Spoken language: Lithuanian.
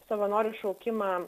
savanorių šaukimą